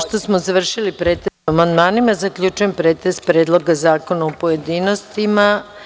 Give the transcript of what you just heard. Pošto smo završili pretres o amandmanima, zaključujem pretres Predloga zakona u pojedinostima.